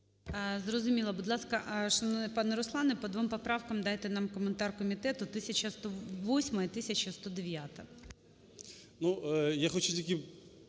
Зрозуміло. Будь ласка, шановний пане Руслане, по двом поправкам дайте нам коментар комітету 1108 і 1109.